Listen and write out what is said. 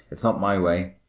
it's not my way.